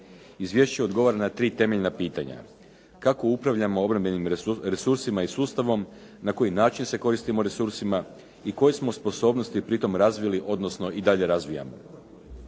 Izvješće odgovara na tri temeljna pitanja, kako upravljamo obrambenim resursima i sustavom, na koji način se koristimo resursima i koje smo sposobnosti pritom razvili odnosno i dalje razvijamo.